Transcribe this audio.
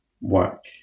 work